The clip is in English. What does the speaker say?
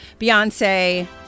Beyonce